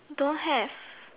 don't have